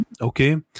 Okay